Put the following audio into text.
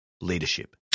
leadership